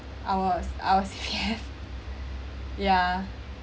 I was I was yes yeah